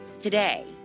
today